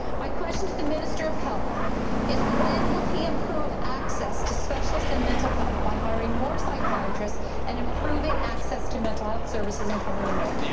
my question to the minister of health is when will he improve access to specialists in mental health by hiring more psychiatrists and improving access to mental health services in cumberland north?